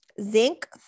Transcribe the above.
Zinc